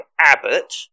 Abbott